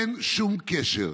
אין שום קשר.